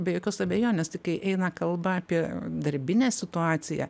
be jokios abejonės tik kai eina kalba apie darbinę situaciją